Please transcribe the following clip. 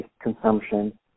consumption